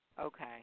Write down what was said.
Okay